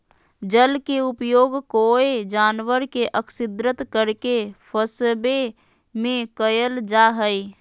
जल के उपयोग कोय जानवर के अक्स्र्दित करके फंसवे में कयल जा हइ